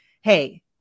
hey